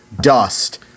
dust